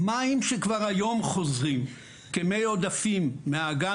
מים שכבר היום חוזרים כמי עודפים מהאגן